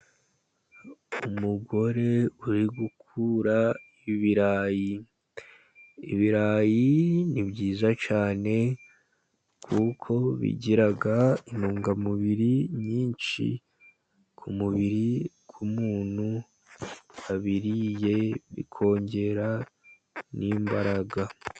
Umugore uri gukura ibirayi. Ibirayi ni byiza cyane kuko bigira intungamubiri nyinshi, ku mubiri w'umuntu wabiriye bikongera n'mbaraga.